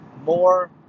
more